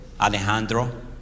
Alejandro